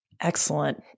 Excellent